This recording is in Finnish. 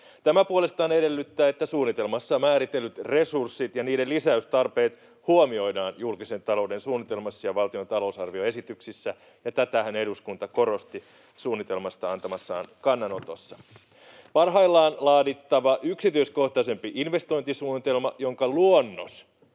Tämä puolestaan edellyttää, että suunnitelmassa määritellyt resurssit ja niiden lisäystarpeet huomioidaan julkisen talouden suunnitelmassa ja valtion talousarvioesityksissä, ja tätähän eduskunta korosti suunnitelmasta antamassaan kannanotossa. Parhaillaan laadittava yksityiskohtaisempi investointisuunnitelma, jonka luonnos